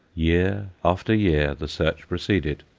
year after year the search proceeded,